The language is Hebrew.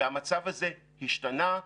והמצב הזה השתנה.